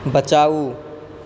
बचाउ